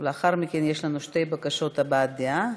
ולאחר מכן יש לנו שתי בקשות הבעת דעה,